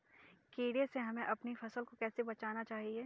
कीड़े से हमें अपनी फसल को कैसे बचाना चाहिए?